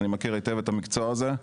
אני מכיר היטב את המקצוע הזה,